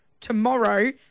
Tomorrow